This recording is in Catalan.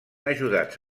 ajudats